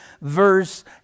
verse